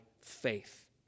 faith